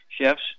chefs